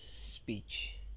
speech